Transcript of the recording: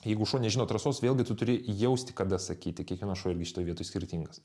jeigu šuo nežino trasos vėlgi tu turi jausti kada sakyti kiekvienas šuo irgi šitoj vietoj skirtingas